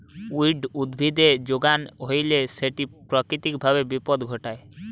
weed উদ্ভিদের যোগান হইলে সেটি প্রাকৃতিক ভাবে বিপদ ঘটায়